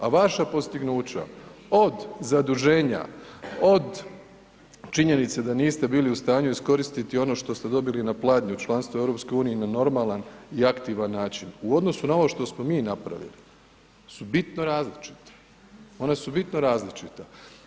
A vaša postignuća od zaduženja, od činjenice da niste bili u stanju iskoristiti ono što ste dobili na pladnju od članstva u EU na normalan i aktivan način u odnosu na ovo što smo mi napravili su bitno različita, ona su bitno različita.